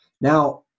Now